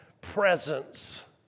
presence